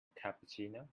cappuccino